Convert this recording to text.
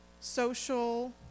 social